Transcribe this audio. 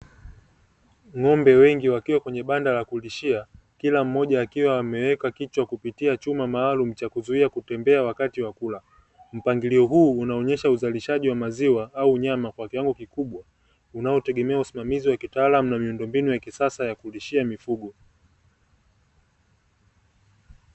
Ng'ombe wengi wakiwa kwenye banda la kulishia, kila mmoja akiwa ameweka kichwa kupitia chuma maalumu cha kuzuia kutembea wakati wa kula. Mpangilio huu unaonyesha uzalishaji wa maziwa au nyama kwa kiwango kikubwa, unaotegemea usimamizi wa kitaalamu na miundombinu ya kisasa ya kulishia mifugo.